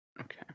Okay